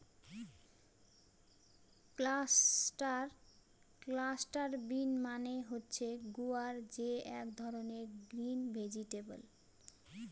cluster bean মানে হচ্ছে গুয়ার যে এক ধরনের গ্রিন ভেজিটেবল